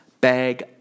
bag